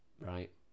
Right